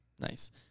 Nice